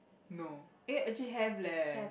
no eh actually have leh